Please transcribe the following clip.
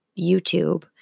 YouTube